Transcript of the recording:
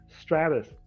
Stratus